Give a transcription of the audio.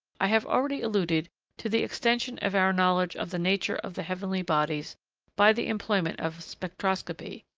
i have already alluded to the extension of our knowledge of the nature of the heavenly bodies by the employment of spectroscopy.